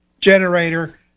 generator